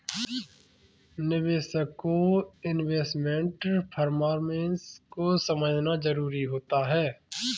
निवेशक को investment performance को समझना जरुरी होता है